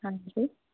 ਹਾਂਜੀ